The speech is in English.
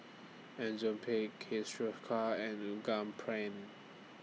Enzyplex and